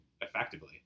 effectively